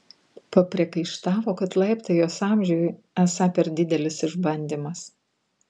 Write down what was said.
papriekaištavo kad laiptai jos amžiui esą per didelis išbandymas